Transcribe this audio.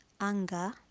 anger